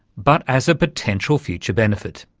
but as a potential future benefit.